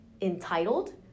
entitled